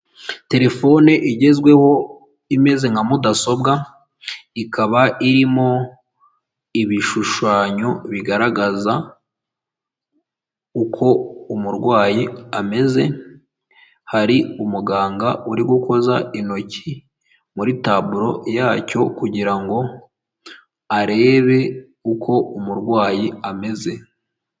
Telefone igezweho imeze nka mudasobwa, ikaba irimo ibishushanyo bigaragaza uko umurwayi ameze, hari umuganga uri gukoza intoki muri taburo yacyo kugira ngo arebe uko umurwayi ameze.